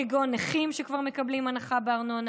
כגון נכים שכבר מקבלים הנחה בארנונה.